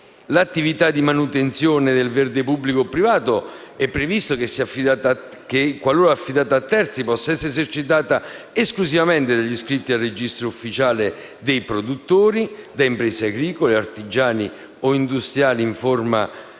all'attività di manutenzione del verde pubblico o privato si dispone che, qualora sia affidata a terzi, possa essere esercitata esclusivamente dagli iscritti al Registro ufficiale dei produttori, da imprese agricole, artigiane o industriali in forma cooperativa.